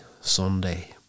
Sunday